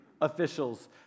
officials